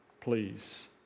please